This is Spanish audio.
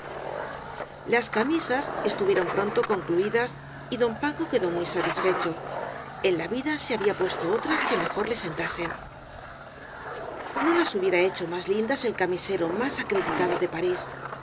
las camisas estuvieron pronto concluidas y don paco quedó muy satisfecho en la vida se había puesto otras que mejor le sentasen no las hubiera hecho más lindas el camisero más acreditado de parís